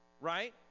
right